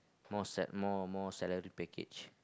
more sal~ more more salary package